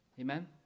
Amen